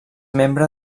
membre